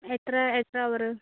എത്ര എത്ര അവർ